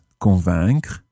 convaincre